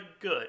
good